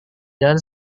jalan